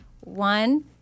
One